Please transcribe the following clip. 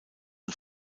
und